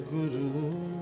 Guru